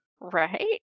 right